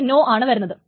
അവിടെ നോ ആണ് വരുന്നത്